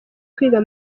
kwiga